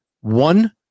One